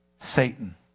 Satan